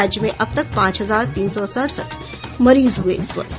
राज्य में अब तक पांच हजार तीन सौ सड़सठ मरीज हुए स्वस्थ